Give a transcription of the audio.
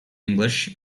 english